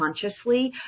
consciously